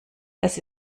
dass